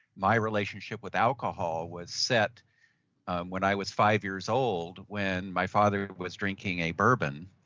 my relationship with alcohol was set when i was five years old, when my father was drinking a bourbon,